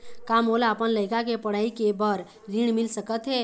का मोला अपन लइका के पढ़ई के बर ऋण मिल सकत हे?